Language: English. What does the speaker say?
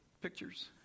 pictures